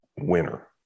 winner